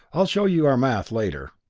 i'll show you our math later.